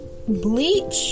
bleach